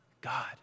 God